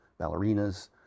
ballerinas